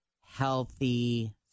healthy